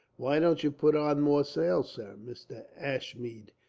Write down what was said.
why don't you put on more sail, sir? mr. ashmead,